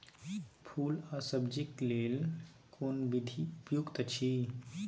फूल आ सब्जीक लेल कोन विधी उपयुक्त अछि?